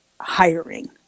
hiring